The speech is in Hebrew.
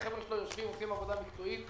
החבר'ה שלו עושים עבודה מקצועית.